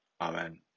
Amen